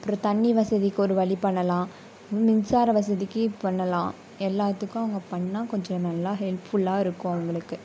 அப்புறோம் தண்ணீர் வசதிக்கொரு வழி பண்ணலாம் மின்சார வசதிக்கு பண்ணலாம் எல்லாத்துக்கும் அவங்க பண்ணிணா கொஞ்சம் நல்லா ஹெல்ப்ஃபுல்லாக இருக்கும் அவங்களுக்கு